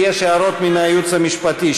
כי יש הערות מהייעוץ המשפטי,